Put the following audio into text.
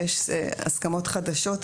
כי יש הסכמות חדשות.